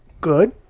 good